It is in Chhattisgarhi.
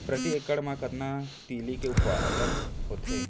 प्रति एकड़ मा कतना तिलि के उत्पादन होथे?